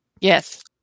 Yes